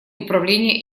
управление